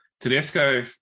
Tedesco